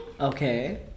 okay